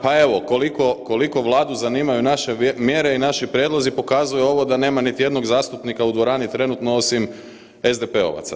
Pa evo, koliko Vladu zanimaju naše mjere i naši prijedlozi, pokazuje ovo da nema niti jednog zastupnika u dvorani trenutno osim SDP-ovaca.